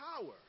power